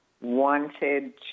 wanted